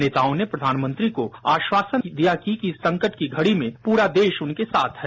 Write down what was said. नेताओं ने प्रधानमंत्री को आश्वासन दिया कि संकट की घड़ी में पूरा देश उनके साथ है